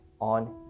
on